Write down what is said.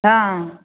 हँ